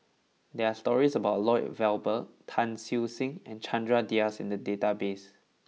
there are stories about Lloyd Valberg Tan Siew Sin and Chandra Das in the database